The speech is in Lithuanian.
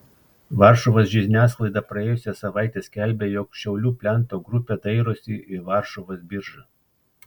varšuvos žiniasklaida praėjusią savaitę skelbė jog šiaulių plento grupė dairosi į varšuvos biržą